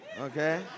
okay